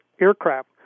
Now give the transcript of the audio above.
aircraft